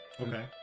Okay